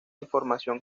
información